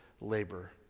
labor